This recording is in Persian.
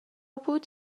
بود